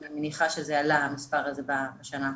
אני מניחה שהמספר הזה עלה בשנה האחרונה.